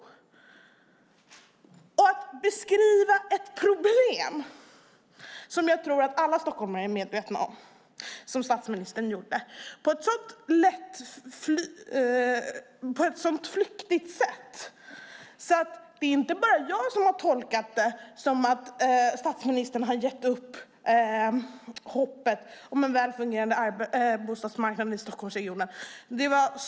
Statsministern beskrev ett problem, som jag tror att alla stockholmare är medvetna om, på ett så flyktigt sätt att det inte bara är jag som har tolkat det som att statsministern har gett upp hoppet om en väl fungerande bostadsmarknad i Stockholmsregionen.